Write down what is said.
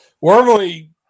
Wormley